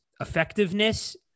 effectiveness